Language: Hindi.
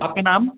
आपका नाम